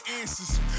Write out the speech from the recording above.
answers